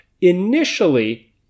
initially